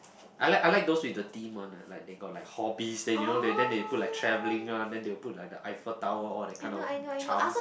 I like I like those with thirty month like they got the hobbies then you know they then they put like traveling lah then they will put like the Eiffel-Tower all that kind of charms